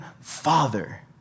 Father